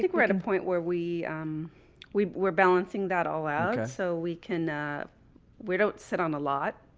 think we're at a point where we um we were balancing that all out so we can we don't sit on the lot.